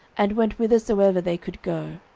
and went whithersoever they could go.